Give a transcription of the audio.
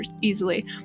easily